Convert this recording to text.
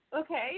Okay